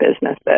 businesses